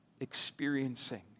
experiencing